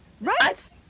Right